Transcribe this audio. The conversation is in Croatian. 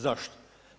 Zašto?